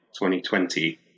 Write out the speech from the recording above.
2020